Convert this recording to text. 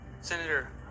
Senator